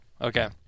Okay